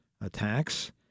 attacks